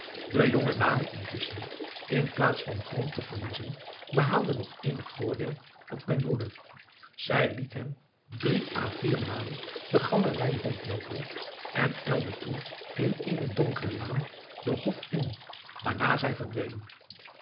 de jonge dame intusschen in plaats van grond te verliezen behaalde nog eenig voordeel op mijn broeder zij liet hem drie à vier malen de galerij rond loopen en ijlde toen in eene donkere laan den hof in waarna zij